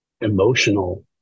emotional